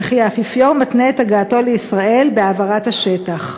וכי האפיפיור מתנה את הגעתו לישראל בהעברת השטח.